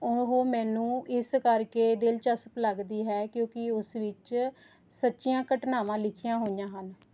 ਉਹ ਮੈਨੂੰ ਇਸ ਕਰਕੇ ਦਿਲਚਸਪ ਲੱਗਦੀ ਹੈ ਕਿਉਂਕਿ ਉਸ ਵਿੱਚ ਸੱਚੀਆਂ ਘਟਨਾਵਾਂ ਲਿਖੀਆਂ ਹੋਈਆਂ ਹਨ